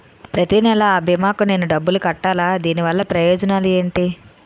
ప్రతినెల అ భీమా కి నేను డబ్బు కట్టాలా? దీనివల్ల ప్రయోజనాలు ఎంటి?